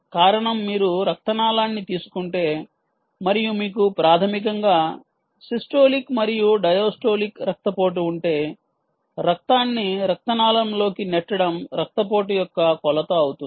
కారణం మీరు రక్తనాళాన్ని తీసుకుంటే మరియు మీకు ప్రాథమికంగా సిస్టోలిక్ మరియు డయాస్టొలిక్ రక్తపోటు ఉంటే రక్తాన్ని రక్తనాళంలోకి నెట్టడం రక్తపోటు యొక్క కొలత అవుతుంది